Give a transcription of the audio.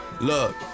Look